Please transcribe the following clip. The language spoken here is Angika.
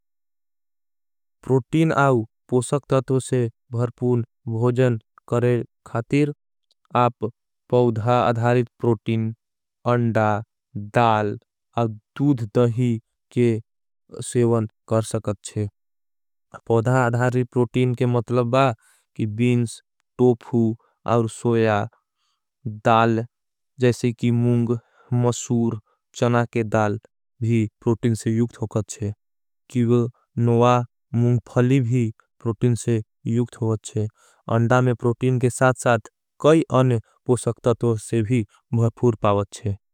प्रोटीन आउ पोशक तत्व से भर्पून भोजन करे। खातिर आप पवधा अधारित प्रोटीन अंडा डाल। और दूध दही के सेवन कर सकते हैं पवधा अधारित। प्रोटीन के मतलब बा कि बीन्स टोफू आउर सोया। डाल, जैसे की मुंग, मसूर चना के डाल भी प्रोटीन। से युखत होकच्छे किव नवा मुंगफली भी प्रोटीन से। युखत होच्छे अंडा में प्रोटीन के साथ साथ कई। अने पोशक तत से भी भर्पूर पावच छे।